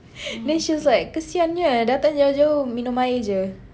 then she was like kesiannya datang jauh jauh minum air jer